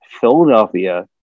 Philadelphia